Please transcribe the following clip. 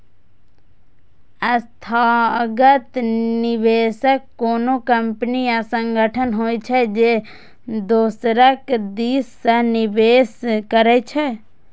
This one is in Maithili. संस्थागत निवेशक कोनो कंपनी या संगठन होइ छै, जे दोसरक दिस सं निवेश करै छै